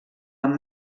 amb